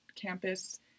campus